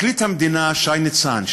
פרקליט המדינה שי ניצן,